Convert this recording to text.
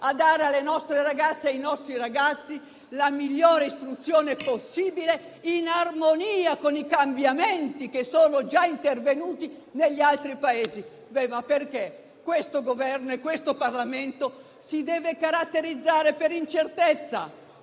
a dare alle nostre ragazze e ai nostri ragazzi la migliore istruzione possibile, in armonia con i cambiamenti che sono già intervenuti negli altri Paesi. Perché, allora, questo Governo e questo Parlamento si devono caratterizzare per l'incertezza